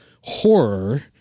horror